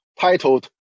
titled